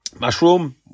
Mushroom